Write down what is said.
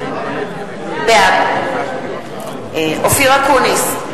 בעד אופיר אקוניס,